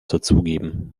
dazugeben